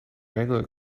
regular